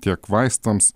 tiek vaistams